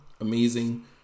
amazing